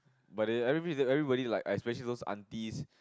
but there everybody everybody like especially aunties